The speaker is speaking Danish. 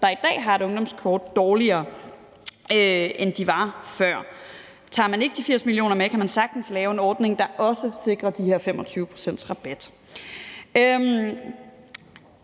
der i dag har et ungdomskort, dårligere, end de stod før. Tager man ikke de 80 mio. kr. med, kan man sagtens lave en ordning, der også sikrer de her 25 pct. rabat.